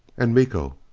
and miko,